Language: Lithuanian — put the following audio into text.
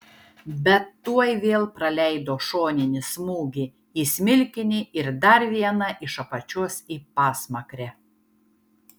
bet tuoj vėl praleido šoninį smūgį į smilkinį ir dar vieną iš apačios į pasmakrę